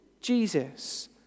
Jesus